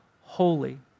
holy